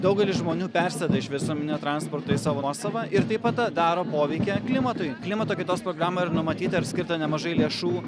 daugelis žmonių persėda iš visuomeninio transporto į savo nuosavą ir taip pat daro poveikį klimatui klimato kaitos programą ir numatyta ir skirta nemažai lėšų